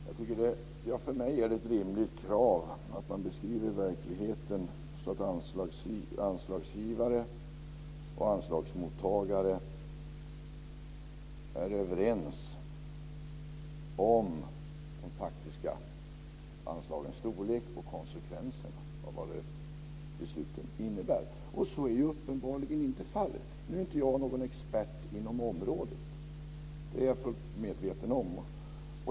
Fru talman! För mig är det ett rimligt krav att man beskriver verkligheten, att anslagsgivare och anslagsmottagare är överens om de faktiska anslagens storlek och om konsekvenserna av vad besluten innebär. Så är uppenbarligen inte fallet här. Jag är dock inte någon expert på området; det är jag fullt medveten om.